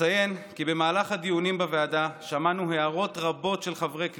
אציין כי במהלך הדיונים בוועדה שמענו הערות רבות של חברי כנסת,